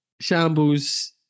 shambles